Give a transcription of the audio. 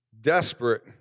desperate